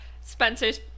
Spencer's